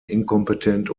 inkompetent